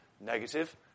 negative